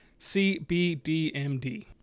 CBDMD